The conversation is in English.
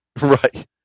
Right